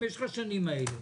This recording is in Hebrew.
-- במשך השנים האלה?